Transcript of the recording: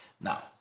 Now